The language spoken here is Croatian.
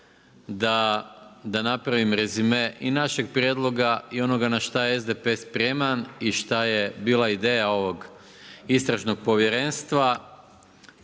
da napravim rezime i našeg prijedloga i onoga na šta je SDP spreman i šta je bila ideja ovog istražnog povjerenstva